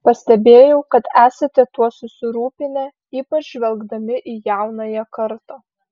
pastebėjau kad esate tuo susirūpinę ypač žvelgdami į jaunąją kartą